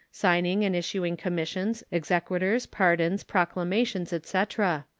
signing and issuing commissions, exequaturs, pardons, proclamations, etc.